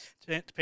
depending